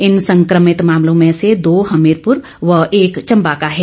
इन संक्रमित मामलों में से दो हमीरपुर व एक चंबा का है